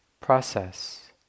process